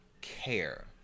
care